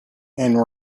and